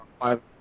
five